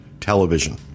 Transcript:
television